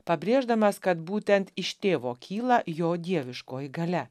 pabrėždamas kad būtent iš tėvo kyla jo dieviškoji galia